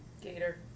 Gator